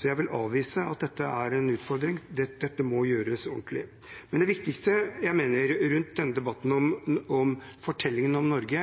Jeg vil avvise at dette er en utfordring. Dette må gjøres ordentlig. Det viktigste i denne debatten om fortellingen om Norge